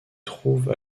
trouve